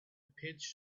peach